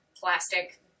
plastic